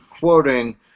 quoting